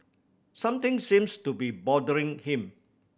something seems to be bothering him